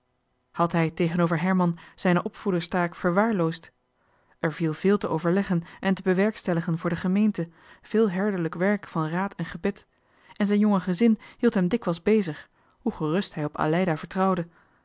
had hij tegenover herman zijne opvoederstaak verwaarloosd er viel veel te overleggen en te bewerkstelligen voor de gemeente veel herderlijk werk van raad en gebed en zijn jonge gezin hield hem dikwijls bezig hoe gerust hij op aleida vertrouwde